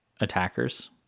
attackers